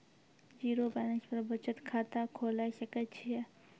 Zero balance पर बचत खाता खोले सकय छियै?